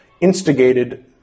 instigated